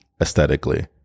aesthetically